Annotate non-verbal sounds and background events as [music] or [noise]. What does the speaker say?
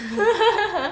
[laughs]